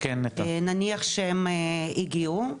נניח שהם הגיעו,